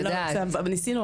ניסינו.